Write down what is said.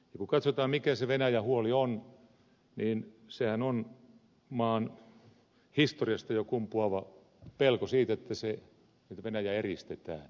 kun katsotaan mikä se venäjän huoli on niin sehän on jo maan historiasta kumpuava pelko siitä että venäjä eristetään